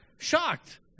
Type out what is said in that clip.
shocked